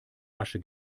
asche